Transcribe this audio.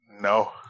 No